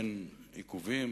אין עיכובים,